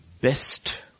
best